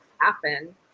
happen